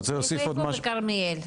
איפה בכרמיאל?